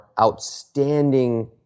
outstanding